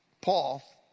Paul